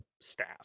staff